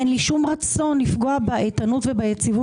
אין לי שום רצון לפגוע באיתנות וביציבות